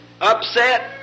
upset